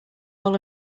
all